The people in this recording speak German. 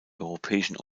europäischen